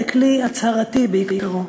לכלי הצהרתי בעיקרו.